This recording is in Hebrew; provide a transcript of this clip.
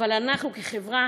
אנחנו כחברה